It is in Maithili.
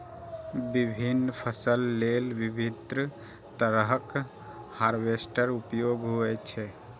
विभिन्न फसल लेल विभिन्न तरहक हार्वेस्टर उपयोग होइ छै